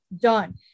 Done